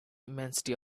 immensity